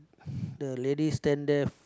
the lady stand there